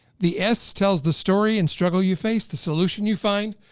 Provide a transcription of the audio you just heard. the s, tells the story and struggle you face, the solution you find.